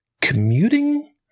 commuting